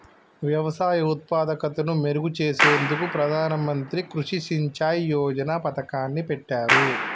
వ్యవసాయ ఉత్పాదకతను మెరుగు చేసేందుకు ప్రధాన మంత్రి కృషి సించాయ్ యోజన పతకాన్ని పెట్టారు